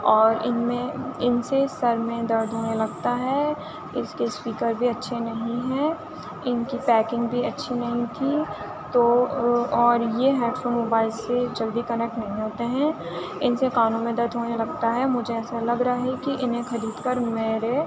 اور اِن میں اِن سے سر میں درد ہونے لگتا ہے اِس کے اسپیکر بھی اچھے نہیں ہیں اِن کی پیکینگ بھی اچھی نہیں تھی تو اور یہ ہیڈ فون موبائل سے جلدی کنیکٹ نہیں ہوتے ہیں اِن سے کانوں میں درد ہونے لگتا ہے مجھے ایسا لگ رہا ہے کہ اِنہیں خرید کر میرے